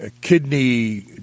kidney